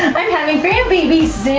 i'm having grand babies soon!